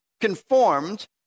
conformed